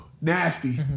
nasty